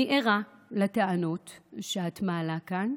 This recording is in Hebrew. אני ערה לטענות שאת מעלה כאן.